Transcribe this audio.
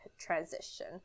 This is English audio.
transition